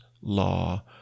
law